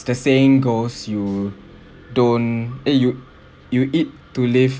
the saying goes you don't eh you you eat to live